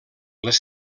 les